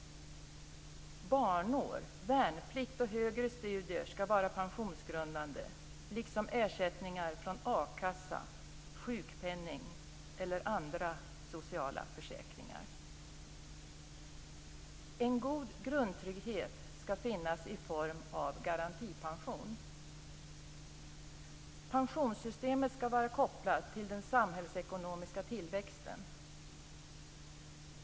Barnår, värnplikt och högre studier skall vara pensionsgrundande, liksom ersättningar från akassa, sjukpenning eller andra sociala försäkringar. En god grundtrygghet skall finnas i form av garantipension. Pensionssystemet skall vara kopplat till den samhällsekonomiska tillväxten.